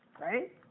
right